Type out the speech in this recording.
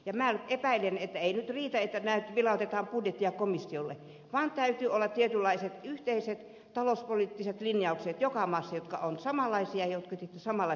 ja minä epäilen että nyt ei riitä että vilautetaan budjettia komissiolle vaan täytyy olla tietynlaiset yhteiset talouspoliittiset linjaukset jotka ovat samanlaisia joka maassa ja jotka on tehty samanlaisin kriteerein